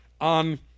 on